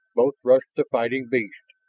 both rushed the fighting beast,